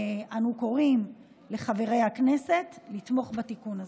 אנו קוראים לחברי הכנסת לתמוך בתיקון הזה.